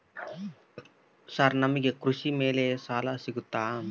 Sir ನಮಗೆ ಕೃಷಿ ಮೇಲೆ ಸಾಲ ಸಿಗುತ್ತಾ?